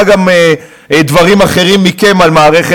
לא איימתי על שום שופט.